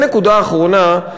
נקודה אחרונה,